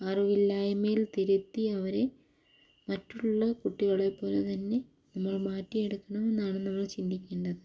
ആറിവില്ലായ്മയിൽ തിരുത്തി അവരെ മറ്റുള്ള കുട്ടികളെ പോലെ തന്നെ നമ്മൾ മാറ്റിയെടുക്കണം എന്നാണ് നമ്മൾ ചിന്തിക്കേണ്ടത്